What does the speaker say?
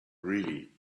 really